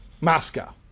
Moscow